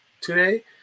today